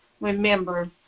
remember